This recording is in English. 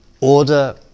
Order